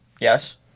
Yes